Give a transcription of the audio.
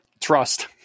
trust